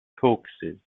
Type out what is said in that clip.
caucasus